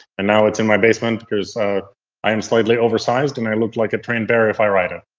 and now it's in my basement because i am slightly oversized, and i look like a train bear if i ride it.